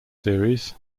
series